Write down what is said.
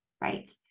right